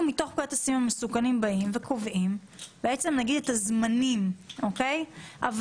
אנחנו מתוך פקודת הסמים המסוכנים באים וקובעים את הזמנים אבל